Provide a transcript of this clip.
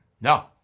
No